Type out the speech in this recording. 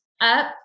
up